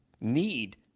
need